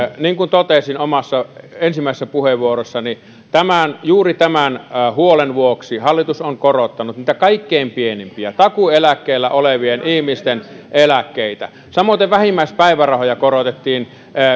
niin kuin totesin omassa ensimmäisessä puheenvuorossani juuri tämän huolen vuoksi hallitus on korottanut niitä kaikkein pienimpiä takuueläkkeellä olevien ihmisten eläkkeitä samoiten vähimmäispäivärahoja korotettiin